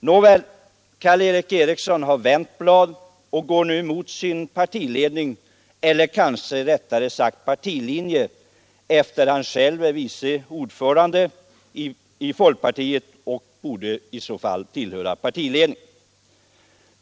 Nåväl, Karl Erik Eriksson har vänt blad och går nu mot sin partiledning, eller kanske rättare sagt partilinje, eftersom han själv är vice ordförande i folkpartiet och alltså bör tillhöra partiledningen.